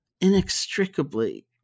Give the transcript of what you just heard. inextricably